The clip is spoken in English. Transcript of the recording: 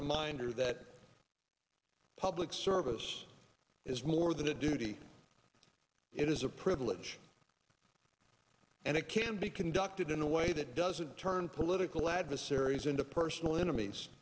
reminder that public service is more than a duty it is a privilege and it can be conducted in a way that doesn't turn political adversaries into personal enemies